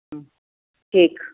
cake